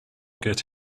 get